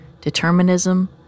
determinism